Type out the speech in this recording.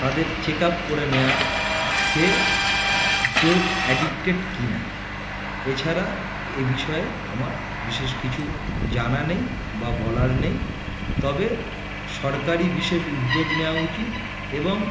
তাদের check up করে নেওয়া সে ডোপ অ্যাডিকটেড কি না এছাড়া এ বিষয়ে আমার বিশেষ কিছু জানা নেই বা বলার নেই তবে সরকারি বিশেষ উদ্যোগ নেওয়া উচিত এবং